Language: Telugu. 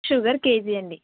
షుగర్ కేజీ అండీ